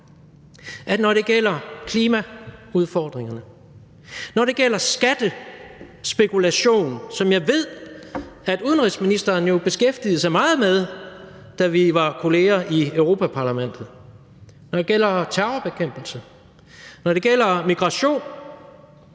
når det gælder klimaudfordringerne, når det gælder skattespekulation – som jeg ved at udenrigsministeren jo beskæftigede sig meget med, da vi var kollegaer i Europa-Parlamentet – når det gælder terrorbekæmpelse, når det gælder migration,